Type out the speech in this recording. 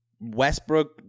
Westbrook